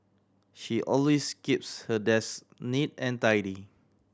she always keeps her desk neat and tidy